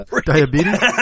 Diabetes